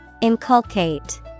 Inculcate